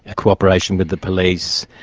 ah cooperation with the police,